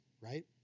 right